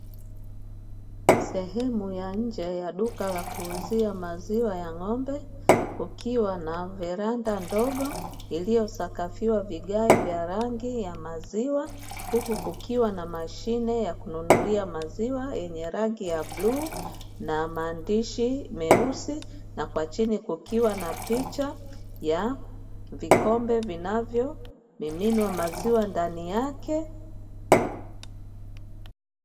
Sehemu ya nje ya duka la kuuzia maziwa ya ng'ombe, kukiwa na varanda ndogo iliyosakafiwa vigae vya rangi ya maziwa. Huku kukiwa na mashine ya kununulia maziwa yenye rangi ya bluu na maandishi meusi na kwa chini kukiwa na picha ya vikombe vinavyomiminwa maziwa ndani yake.